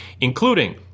including